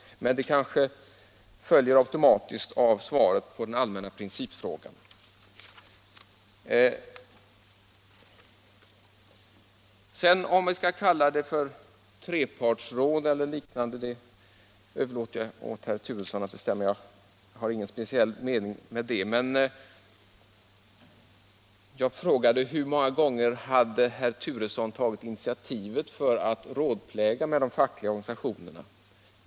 Men jag utgår ifrån att den frågan nu är ointressant efter herr Turessons svar på den allmänna principfrågan. Jag frågade också hur många gånger herr Turesson hade tagit initiativet till särskilda överläggningar med de fackliga organisationerna.